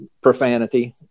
profanity